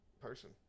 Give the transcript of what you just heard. person